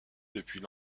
depuis